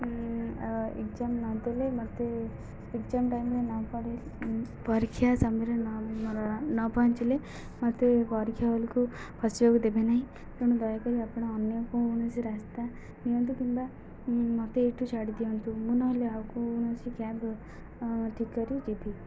exam ନଦେଲେ ମତେ exam ଟାଇମରେ ନ ପଡ଼େ ପରୀକ୍ଷା ସମୟରେ ନ ପହଞ୍ଚିଲେ ମୋତେ ପରୀକ୍ଷା ହଲ୍କୁ ପଶିବାକୁ ଦେବେ ନାହିଁ ତେଣୁ ଦୟାକରି ଆପଣ ଅନ୍ୟ କୌଣସି ରାସ୍ତା ନିଅନ୍ତୁ କିମ୍ବା ମୋତେ ଏଇଠୁ ଛାଡ଼ି ଦିଅନ୍ତୁ ମୁଁ ନହେଲେ ଆଉ କୌଣସି କ୍ୟାବ ଠିକ୍ କରି ଯିବି